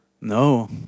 No